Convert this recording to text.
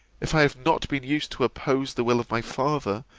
if i have not been used to oppose the will of my father,